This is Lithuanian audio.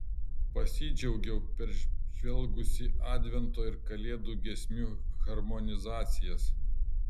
pasidžiaugiau peržvelgusi advento ir kalėdų giesmių harmonizacijas